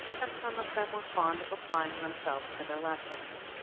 and some of them were fond of applying themselves to their lessons.